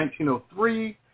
1903